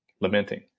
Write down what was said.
lamenting